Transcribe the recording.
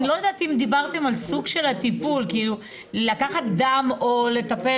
אני לא יודעת אם דיברתם על סוג הטיפול כי לקחת דם או לטפל